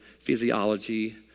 physiology